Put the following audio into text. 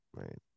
Right